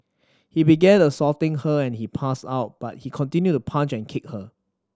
he began assaulting her and she passed out but he continued to punch and kick her